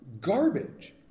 garbage